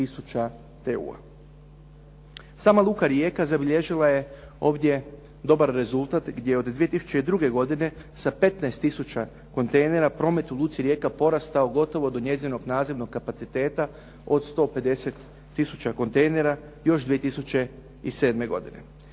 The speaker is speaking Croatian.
Sama luka Rijeka zabilježila je ovdje dobar rezultat gdje od 2002. godine sa 15 tisuća kontejnera promet u luci Rijeka porastao je gotovo do njezinog nazivnog kapaciteta od 150 tisuća kontejnera još 2007. godine.